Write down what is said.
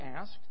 asked